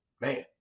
Man